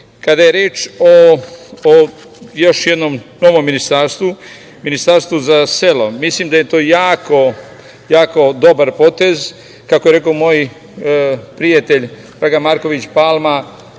je reč o još jednom novom ministarstvu, ministarstvu za selo, mislim da je to jako dobar potez. Kako je rekao moj prijatelj Dragan Marković Palma,